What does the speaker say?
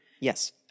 Yes